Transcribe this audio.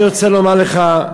אני רוצה לומר לך,